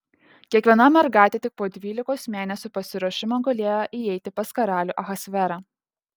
kiekviena mergaitė tik po dvylikos mėnesių pasiruošimo galėjo įeiti pas karalių ahasverą